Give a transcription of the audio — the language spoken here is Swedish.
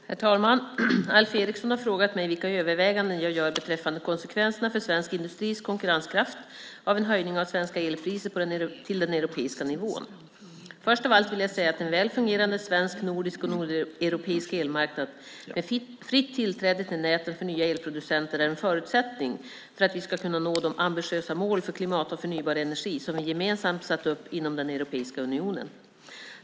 Herr talman! Alf Eriksson har frågat mig vilka överväganden jag gör beträffande konsekvenserna för svensk industris konkurrenskraft av en höjning av svenska elpriser till den europeiska nivån. Först av allt vill jag säga att en väl fungerande svensk, nordisk och nordeuropeisk elmarknad med fritt tillträde till näten för nya elproducenter är en förutsättning för att vi ska kunna nå de ambitiösa mål för klimat och förnybar energi som vi gemensamt satt upp inom Europeiska unionen.